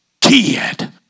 Kid